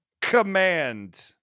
Command